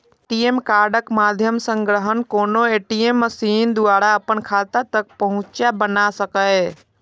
ATM कार्डक माध्यम सं ग्राहक कोनो ए.टी.एम मशीन द्वारा अपन खाता तक पहुंच बना सकैए